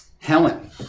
Helen